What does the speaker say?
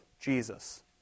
Jesus